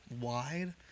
wide